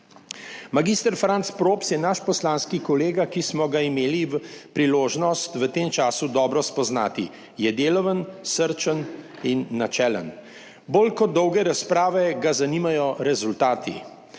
Mag. Franc Props je naš poslanski kolega, ki smo ga imeli priložnost v tem času dobro spoznati. Je deloven, srčen in načelen. Bolj kot dolge razprave ga zanimajo rezultati.